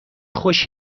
خوش